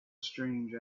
strange